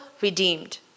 redeemed